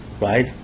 right